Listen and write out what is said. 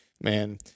man